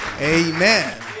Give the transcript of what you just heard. Amen